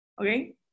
Okay